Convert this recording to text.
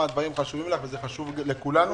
הדברים חשובים לך וזה חשוב לכולנו.